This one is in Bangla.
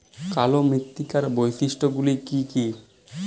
কালো মৃত্তিকার বৈশিষ্ট্য গুলি কি কি?